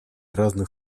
разных